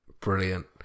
Brilliant